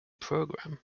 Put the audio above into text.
programme